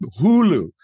Hulu